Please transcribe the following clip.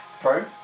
Pro